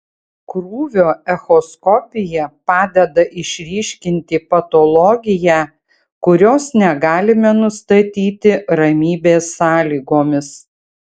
krūvio echoskopija padeda išryškinti patologiją kurios negalime nustatyti ramybės sąlygomis